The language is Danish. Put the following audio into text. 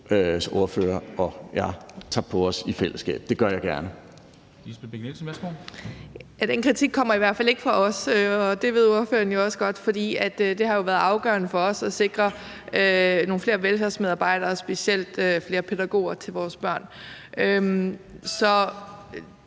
værsgo. Kl. 09:42 Lisbeth Bech-Nielsen (SF): Ja, den kritik kommer i hvert fald ikke fra os, og det ved ordføreren også godt. For det har jo været afgørende for os at sikre nogle flere velfærdsmedarbejdere, specielt flere pædagoger til vores børn. Så